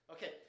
Okay